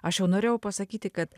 aš jau norėjau pasakyti kad